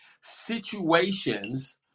situations